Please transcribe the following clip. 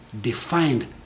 defined